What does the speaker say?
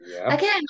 again